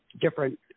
different